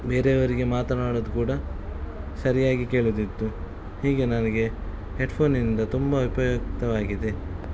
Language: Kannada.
ಬೇರೆಯವರಿಗೆ ಮಾತನಾಡೋದು ಕೂಡ ಸರಿಯಾಗಿ ಕೇಳುತ್ತಿತ್ತು ಹೀಗೆ ನನಗೆ ಹೆಡ್ಫೋನಿಂದ ತುಂಬ ಉಪಯುಕ್ತವಾಗಿದೆ